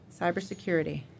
Cybersecurity